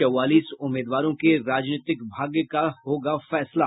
चौवालीस उम्मीदवारों के राजनीतिक भाग्य का होगा फैसला